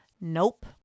nope